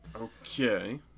Okay